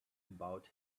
about